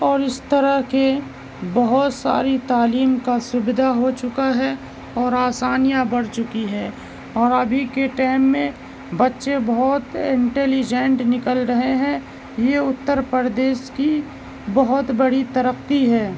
اور اس طرح کے بہت ساری تعلیم کا سویدھا ہو چکا ہے اور آسانیاں بڑھ چکی ہے اور ابھی کے ٹائم میں بچے بہت انٹلیجنٹ نکل رہے ہیں یہ اتر پردیش کی بہت بڑی ترقی ہے